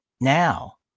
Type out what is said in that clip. now